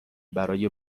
برای